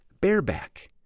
bareback